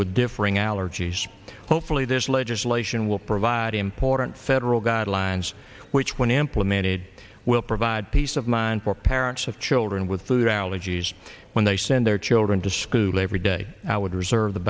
with differing allergies hopefully this legislation will provide important federal guidelines which when ample amended will provide peace of mind for parents of children with food allergies when they send their children to school every day i would reserve the